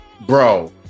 bro